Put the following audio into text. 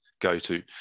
go-to